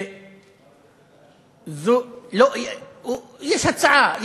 יש הצעה.